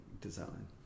design